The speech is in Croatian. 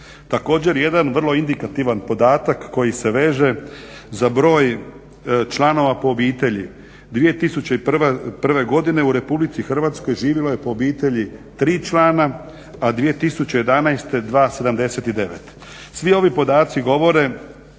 Također, jedan vrlo indikativan podatak koji se veže za broj članova po obitelji, 2001. godine u RH živjelo je po obitelji 3 člana, a 2011. 2, 79. Svi ovi podaci govore